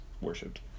worshipped